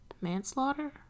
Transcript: manslaughter